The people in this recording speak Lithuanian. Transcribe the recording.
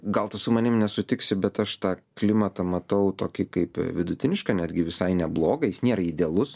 gal tu su manim nesutiksi bet aš tą klimatą matau tokį kaip vidutinišką netgi visai neblogą jis nėra idealus